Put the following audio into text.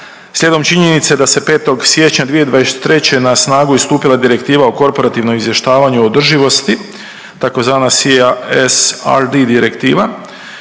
slijedom činjenice da se 5. siječnja 2023. na snagu je stupila direktiva o korporativnom izvještavaju održivosti tzv. CIASRD direktiva,